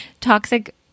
toxic